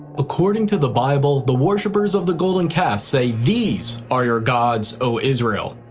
according to the bible, the worshipers of the golden calf say these are gods, o israel.